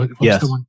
Yes